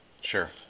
Sure